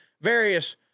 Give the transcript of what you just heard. various